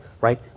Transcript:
right